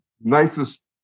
nicest